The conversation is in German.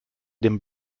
den